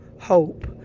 hope